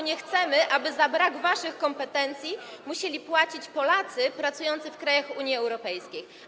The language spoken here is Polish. Nie chcemy, aby za brak waszych kompetencji musieli płacić Polacy pracujących w krajach Unii Europejskiej.